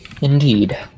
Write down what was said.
Indeed